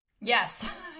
Yes